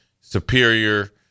Superior